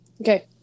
Okay